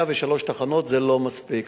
103 תחנות זה לא מספיק,